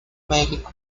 medio